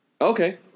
Okay